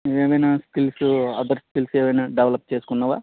ఏమైనా skills other skills ఏమైనా develop చేసుకున్నావా